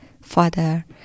father